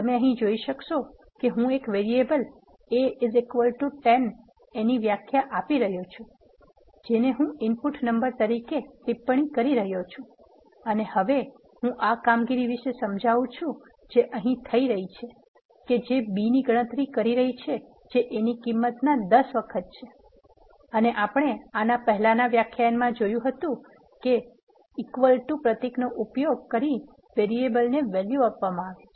તમે અહીં જોઈ શકશો કે હું એક વેરીએબલ a 10 ની વ્યાખ્યા આપી રહ્યો છું જેને હું ઇનપુટ નંબર તરીકે ટિપ્પણી કરી રહ્યો છું અને હવે હું આ કામગીરી વિશે સમજાવું છું જે અહીં થઈ રહી છે કે જે b ની ગણતરી કરી રહી છે જે a ની કિંમત ના 10 વખત છે અને આપણે આના પહેલાનાં વ્યાખ્યાનમાં જોયુ હતુ કે પ્રતીકનો ઉપયોગ કરી વેરીએબલને વેલ્યુ આપવામા આવે છે